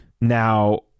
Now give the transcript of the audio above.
Now